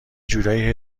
جورایی